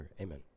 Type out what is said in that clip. Amen